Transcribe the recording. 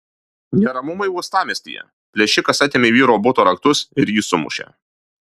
neramumai uostamiestyje plėšikas atėmė vyro buto raktus ir jį sumušė